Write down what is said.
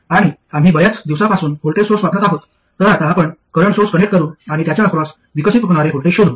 आणि आम्ही बर्याच दिवसांपासून व्होल्टेज सोर्स वापरत आहोत तर आता आपण करंट सोर्स कनेक्ट करू आणि त्याच्या अक्रॉस विकसित होणारे व्होल्टेज शोधू